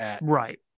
Right